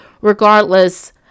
regardless